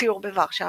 סיור בורשה,